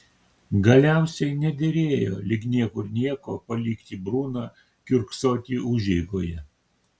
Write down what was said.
galiausiai nederėjo lyg niekur nieko palikti bruną kiurksoti užeigoje